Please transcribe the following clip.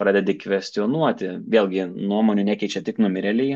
pradedi kvestionuoti vėlgi nuomonių nekeičia tik numirėliai